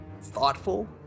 thoughtful